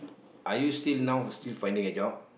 are you still now still finding a job